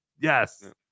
yes